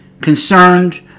concerned